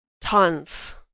tons